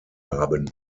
haben